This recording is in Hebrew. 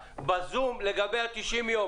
ב"זום" לגבי ה-90 יום,